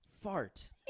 fart